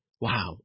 Wow